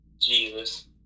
Jesus